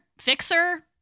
fixer